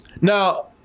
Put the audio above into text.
Now